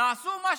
תעשו מה,